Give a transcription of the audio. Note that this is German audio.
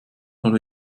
oder